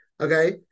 okay